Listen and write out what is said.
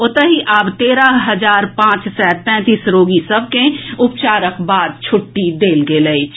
ओतहि आब तेरह हजार पांच सय तैंतीस रोगी सभ के उपचारक बाद छुट्टी देल गेल अछि